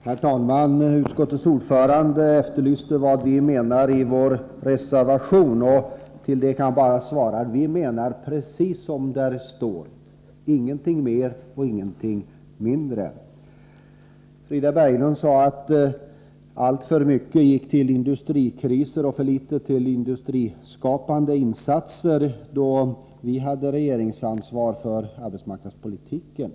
Herr talman! Utskottets ordförande efterlyser vad vi menar med vår reservation. På det kan jag bara svara: Vi menar precis som där står, ingenting mer och ingenting mindre. Frida Berglund sade att alltför mycket gick till industrikriser och för litet tillindustriskapande insatser då vi hade regeringsansvar för arbetsmarknadspolitiken.